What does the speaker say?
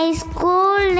school